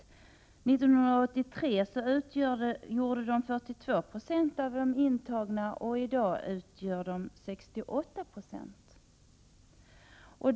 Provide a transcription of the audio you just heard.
1983 utgjorde det 42 26 av de intagna, i dag utgör det 68 70.